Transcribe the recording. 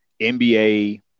NBA